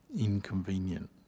inconvenient